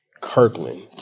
Kirkland